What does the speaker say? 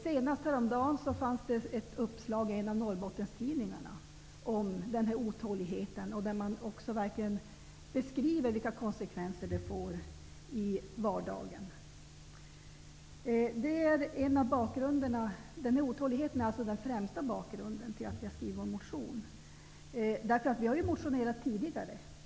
Senast häromdagen fanns ett uppslag i en av Norrbottenstidningarna om denna otålighet, där man verkligen beskrev vilka konsekvenser det får i vardagen. Denna otålighet är den främsta bakgrunden till att vi har skrivit vår motion. Vi har motionerat tidigare.